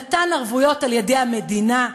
מתן ערבויות על-ידי המדינה,